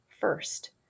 first